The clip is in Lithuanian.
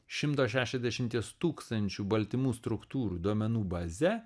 šimto šešiasdešimties tūkstančių baltymų struktūrų duomenų baze